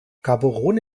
gaborone